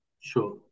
sure